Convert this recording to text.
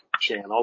channel